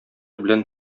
белән